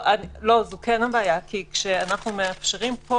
זו כן הבעיה כי כשאנחנו מאפשרים פה